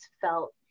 felt